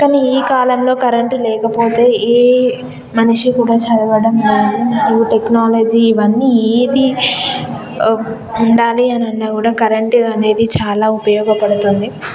కానీ ఈ కాలంలో కరెంటు లేకపోతే ఏ మనిషి కూడా చదవడం టెక్నాలజీ ఇవన్నీ ఏది ఉండాలి అని అన్నా కూడా కరెంటు అనేది చాలా ఉపయోగపడుతుంది